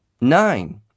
Nine